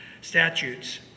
statutes